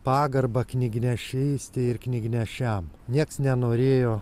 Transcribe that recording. pagarbą knygnešystei ir knygnešiam nieks nenorėjo